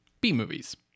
B-movies